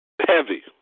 Heavy